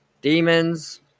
demons